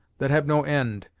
that have no end,